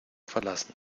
verlassen